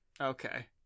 Okay